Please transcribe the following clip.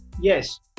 yes